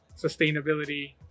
sustainability